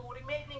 remaining